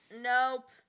nope